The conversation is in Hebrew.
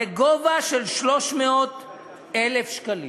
ל-300,000 שקלים.